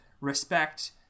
respect